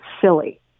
silly